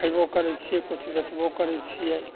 खइबो करै छियै किछु बेचबो करै छियै